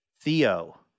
theo